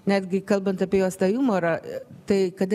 netgi kalbant apie jos tą jumorą tai kad